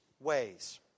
ways